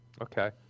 Okay